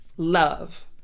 Love